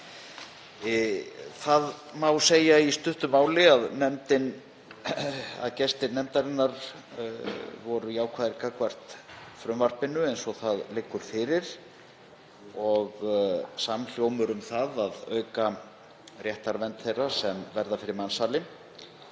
máli má segja að gestir nefndarinnar voru jákvæðir gagnvart frumvarpinu eins og það liggur fyrir og var samhljómur um að auka réttarvernd þeirra sem verða fyrir mansali.